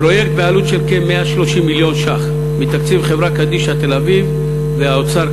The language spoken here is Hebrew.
פרויקט בעלות של כ-130 מיליון ש"ח מתקציב חברה קדישא תל-אביב והאוצר,